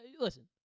listen